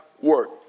work